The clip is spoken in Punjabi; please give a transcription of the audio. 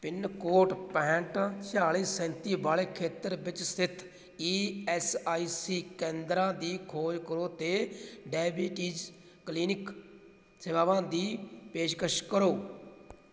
ਪਿੰਨਕੋਡ ਪੈਂਹਠ ਛਿਆਲੀ ਸੈਂਤੀ ਵਾਲੇ ਖੇਤਰ ਵਿੱਚ ਸਥਿਤ ਈ ਐੱਸ ਆਈ ਸੀ ਕੇਂਦਰਾਂ ਦੀ ਖੋਜ ਕਰੋ ਅਤੇ ਡਾਇਬੀਟੀਜ਼ ਕਲੀਨਿਕ ਸੇਵਾਵਾਂ ਦੀ ਪੇਸ਼ਕਸ਼ ਕਰੋ